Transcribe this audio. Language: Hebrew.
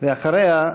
ואחריה,